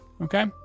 Okay